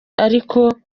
ariko